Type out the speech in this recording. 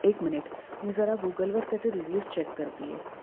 एक मिनिट मी जरा गूगलवर त्याचे रिव्यूज चेक करते आहे